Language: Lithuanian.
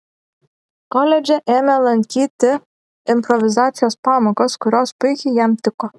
koledže ėmė lankyti improvizacijos pamokas kurios puikiai jam tiko